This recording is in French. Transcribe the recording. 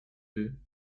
deux